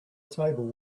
table